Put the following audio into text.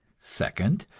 second,